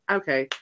okay